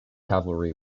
cavalry